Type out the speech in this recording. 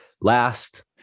Last